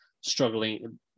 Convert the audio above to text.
struggling